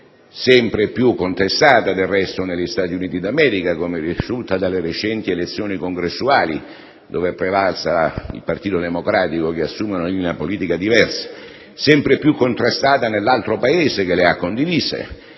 sempre più contestata, del resto, sia negli Stati Uniti d'America (come risulta dalle recenti elezioni congressuali, dove è prevalso il partito democratico, che assume una linea politica diversa), sia nell'altro Paese che l'ha condivisa.